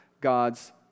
God's